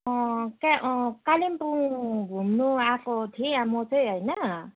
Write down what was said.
त्यहाँ कालिम्पोङ घुम्नुआएको थिएँ म चाहिँ होइन